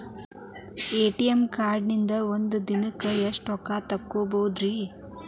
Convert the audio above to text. ATM ಕಾರ್ಡ್ನ್ಯಾಗಿನ್ದ್ ಒಂದ್ ದಿನಕ್ಕ್ ಎಷ್ಟ ರೊಕ್ಕಾ ತೆಗಸ್ಬೋದ್ರಿ?